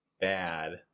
bad